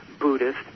Buddhist